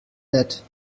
nett